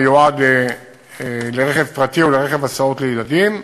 תקן המיועד לרכב פרטי או לרכב הסעות לילדים.